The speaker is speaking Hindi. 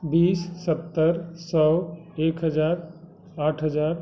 बीस सत्तर सौ एक हजार आठ हजार